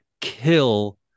kill